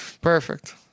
perfect